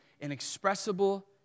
inexpressible